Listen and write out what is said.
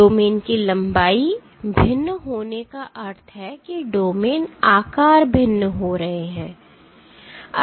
domain की लंबाई भिन्न होने का अर्थ है कि डोमेन आकार भिन्न हो रहे हैं